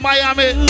Miami